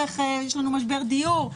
יש לנו משבר דיור,